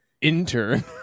intern